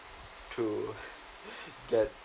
to get